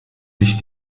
ich